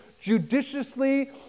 judiciously